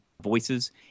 voices